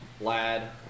lad